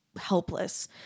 helpless